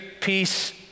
peace